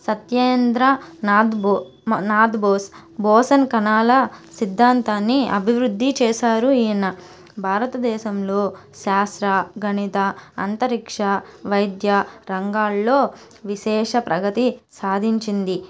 సత్యేంద్ర నాథబో నాథ బోస్ బోసాన్ కణాల సిద్ధాంతాన్ని అభివృద్ధి చేశారు ఈయన భారతదేశంలో శాస్త్ర గణిత అంతరిక్ష వైద్య రంగాల్లో విశేష ప్రగతి సాధించింది